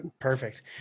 Perfect